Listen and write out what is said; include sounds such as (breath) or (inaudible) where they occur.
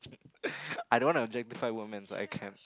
(breath) I don't want to objectify women so I can't